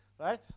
right